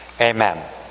Amen